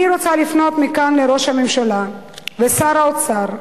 אני רוצה לפנות מכאן לראש הממשלה, לשר האוצר,